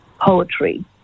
poetry